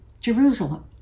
Jerusalem